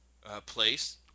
place